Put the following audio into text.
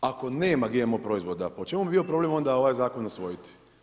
Ako nema GMO proizvoda pa u čemu bi bio problem onda ovaj zakon usvojiti?